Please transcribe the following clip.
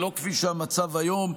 ולא כפי שהמצב היום,